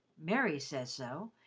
mary says so,